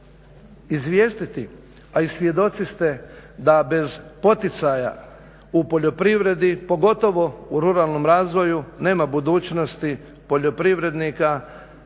izvijestiti a i svjedoci ste da bez poticaja u poljoprivredi pogotovo u ruralnom razvoju nema budućnosti poljoprivrednika,